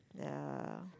there are